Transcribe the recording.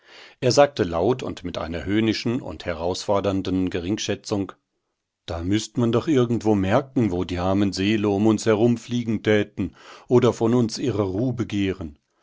er sagte laut und mit einer höhnischen und herausfordernden geringschätzung da müßt man doch irgendwo merken wo die armen seelen um uns herumfliegen täten oder von uns ihre ruh begehren